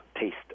taste